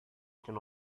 can